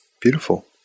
Beautiful